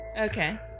okay